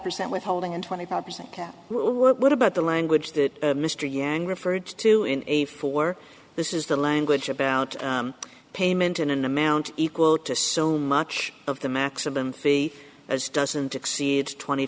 percent withholding and twenty five percent cap what about the language that mr yang referred to in a four this is the language about payment in an amount equal to so much of the maximum fee as doesn't exceed twenty